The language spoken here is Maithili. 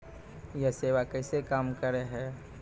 यह सेवा कैसे काम करै है?